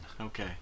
okay